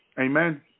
Amen